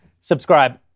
subscribe